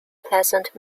pleasant